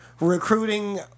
recruiting